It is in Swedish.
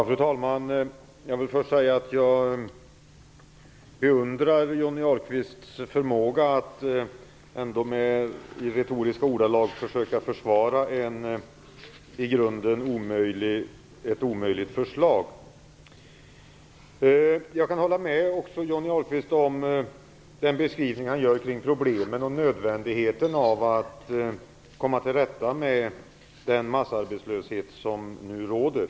Fru talman! Jag vill först säga att jag beundrar Johnny Ahlqvists förmåga att i retoriska ordalag försöka försvara ett i grunden omöjligt förslag. Jag kan hålla med Johnny Ahlqvist om den beskrivning han gör av problemen och nödvändigheten av att komma till rätta med den massarbetslöshet som nu råder.